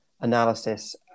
analysis